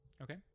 Okay